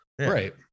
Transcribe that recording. right